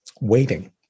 waiting